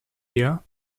year